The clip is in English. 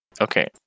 Okay